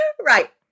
Right